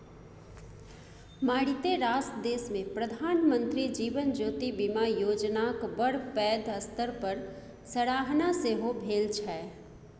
मारिते रास देशमे प्रधानमंत्री जीवन ज्योति बीमा योजनाक बड़ पैघ स्तर पर सराहना सेहो भेल छै